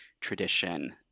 tradition